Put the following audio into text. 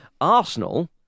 Arsenal